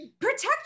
protect